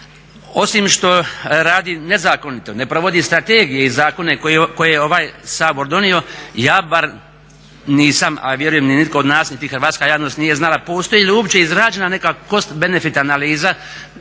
Osim što radi nezakonito, ne provodi strategije i zakone koje je ovaj Sabor donio ja bar nisam a vjerujem ni nitko od nas niti hrvatska javnost nije znala postoji li uopće izrađena neka cost benefit analiza